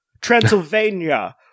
Transylvania